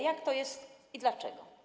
Jak to jest i dlaczego?